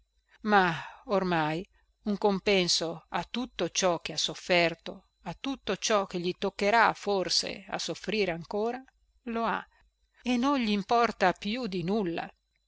ma ormai un compenso a tutto ciò che ha sofferto a tutto ciò che gli toccherà forse a soffrire ancora lo ha e non glimporta più di nulla